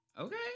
okay